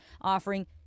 offering